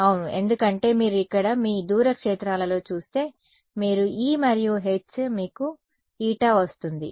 అవును ఎందుకంటే మీరు ఇక్కడ మీ దూర క్షేత్రాలలో చూస్తే మీరు E మరియు H మీకు η వస్తుంది